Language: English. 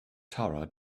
tara